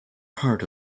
part